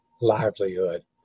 livelihood